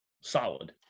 solid